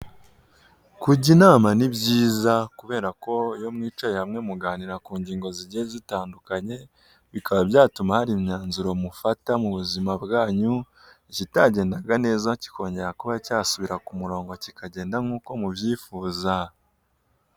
Kujya inama ni byiza kubera ko iyo mwicaye hamwe muganira ku ngingo zigiye zitandukanye, bikaba byatuma hari imyanzuro mufata mu buzima bwanyu, ikitagendaga neza kikongera kuba cyasubira ku murongo kikagenda nkuko mubyifuza.